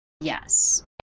Yes